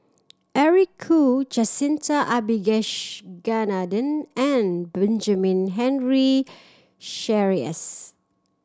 Eric Khoo Jacintha and Benjamin Henry Sheares